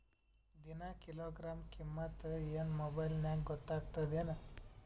ದಿನಾ ಕಿಲೋಗ್ರಾಂ ಕಿಮ್ಮತ್ ಏನ್ ಮೊಬೈಲ್ ನ್ಯಾಗ ಗೊತ್ತಾಗತ್ತದೇನು?